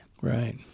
Right